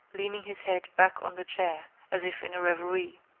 leaning his head back on the chair as if in a reverie.